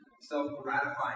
self-gratifying